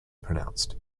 pronounced